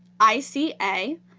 i c a.